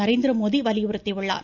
நரேந்திரமோடி வலியுறுத்தியுள்ளார்